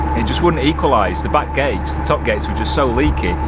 it just wouldn't equalize, the back gates the top gates were just so leaky,